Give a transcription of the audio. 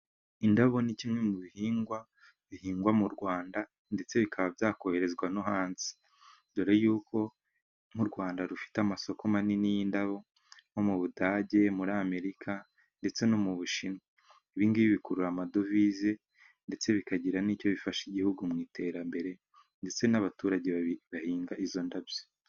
Indabo ni kimwe mu bihingwa bihingwa mu Rwanda ndetse bikaba byakoherezwa no hanze, dore yuko nk'u Rwanda rufite amasoko manini y'indabo nko mu budage ,muri amerika ndetse no mu bushinwa, ibingibi bikurura amadovize ndetse bikagira n'icyo bifasha igihugu mu iterambere ndetse n'abaturage bahinga izo ndabyo.